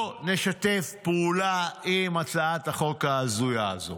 לא נשתף פעולה עם הצעת החוק ההזויה הזאת.